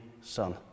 son